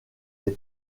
des